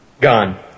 Gone